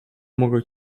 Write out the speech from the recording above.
mogę